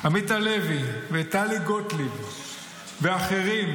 -- עמית הלוי וטלי גוטליב ואחרים,